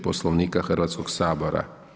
Poslovnika Hrvatskog sabora.